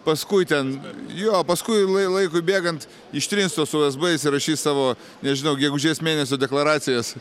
paskui ten jo paskui lai laikui bėgant ištrins tuos usb įsirašys savo nežinau gegužės mėnesio deklaracijas